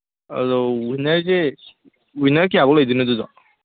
ꯑꯗꯣ ꯋꯤꯅꯔꯁꯦ ꯋꯤꯅꯔ ꯀꯌꯥꯕꯨꯛ ꯂꯩꯗꯣꯏꯅꯣ ꯑꯗꯨꯗꯣ